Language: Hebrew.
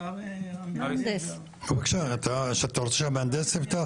וניתן לסכם אותן בכך: הרחבת שטח שיפוט,